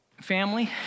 Family